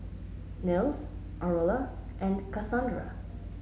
Nils Aurilla and Kasandra